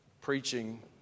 preaching